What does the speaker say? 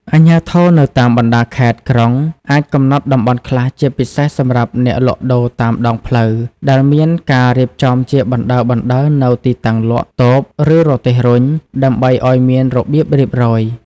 អាជ្ញាធរនៅតាមបណ្តាខេត្ត ក្រុង អាចកំណត់តំបន់ខ្លះជាពិសេសសម្រាប់អ្នកលក់ដូរតាមដងផ្លូវ ដែលមានការរៀបចំជាបណ្តើរៗនូវទីតាំងលក់ តូប ឬរទេះរុញ ដើម្បីឱ្យមានរបៀបរៀបរយ ។